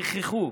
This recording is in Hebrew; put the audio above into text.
גיחכו,